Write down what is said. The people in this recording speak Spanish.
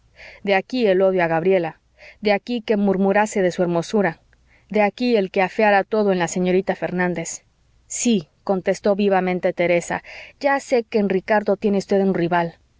de aquí el odio a gabriela de aquí que murmurase de su hermosura de aquí el que afeara todo en la señorita fernández sí contestó vivamente teresa ya sé que en ricardo tiene usted un rival